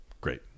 great